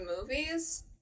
movies